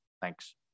Thanks